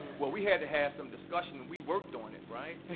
well, we had to have some discussion, and we worked on it, right?